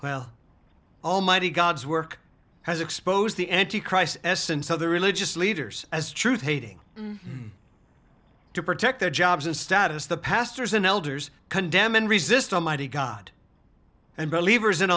well almighty god's work has exposed the anti christ essence of the religious leaders as truth hating to protect their jobs and status the pastors and elders condemn and resist almighty god and believers in